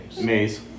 Maze